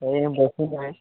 नाही बसून आहे